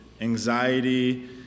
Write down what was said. anxiety